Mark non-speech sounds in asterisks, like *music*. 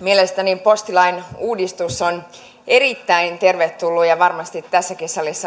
mielestäni postilain uudistus on erittäin tervetullut ja ja varmasti tässäkin salissa *unintelligible*